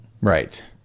Right